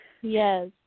Yes